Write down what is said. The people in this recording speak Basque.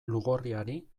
lugorriari